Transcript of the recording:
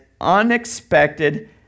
unexpected